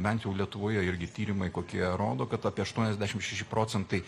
bent jau lietuvoje irgi tyrimai kokie rodo kad apie aštuoniasdešim šeši procentai